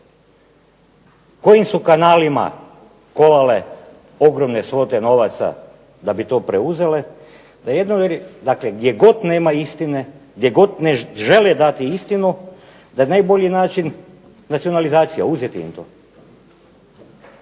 Kojim su kanalima kolale ogromne svote novaca da bi to preuzele. Dakle, gdje god nema istine, gdje god ne žele dati istinu da je najbolji način nacionalizacija, uzeti im to.